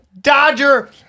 Dodger